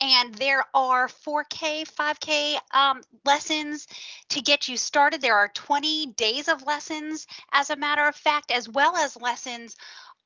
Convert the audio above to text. and there are four k, five k um lessons to get you started. there are twenty days of lessons as a matter of fact, as well as lessons